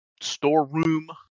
storeroom